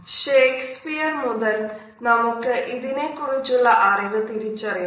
Shakespeare മുതൽ നമുക്ക് ഇതിനെ കുറിച്ചുള്ള അറിവ് തിരിച്ചറിയാം